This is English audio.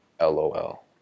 LOL